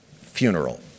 funeral